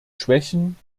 schwächen